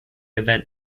event